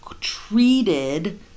treated